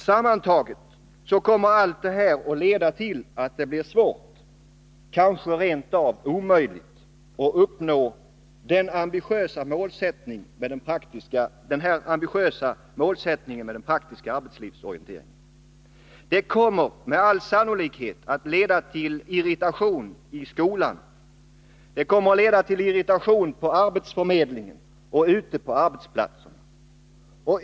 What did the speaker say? Sammantaget kommer allt detta att leda till att det blir svårt — kanske rent av omöjligt — att uppnå det ambitiösa målet med den praktiska arbetslivsorienteringen. Detta kommer med all sannolikhet att leda till irritation i skolan, på arbetsförmedlingen och på arbetsplatserna.